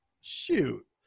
shoot